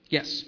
Yes